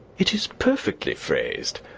it is perfectly phrased!